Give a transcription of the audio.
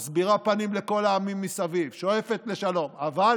מסבירה פנים לכל העמים מסביב, שואפת לשלום, אבל